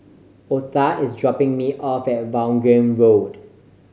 Otha is dropping me off at Vaughan Road